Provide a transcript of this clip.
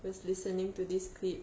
was listening to this clip